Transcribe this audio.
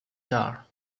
tar